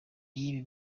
y’ibi